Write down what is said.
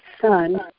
son